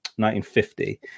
1950